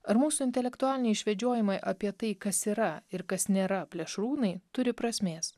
ar mūsų intelektualiniai išvedžiojimai apie tai kas yra ir kas nėra plėšrūnai turi prasmės